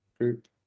group